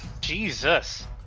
Jesus